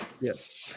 Yes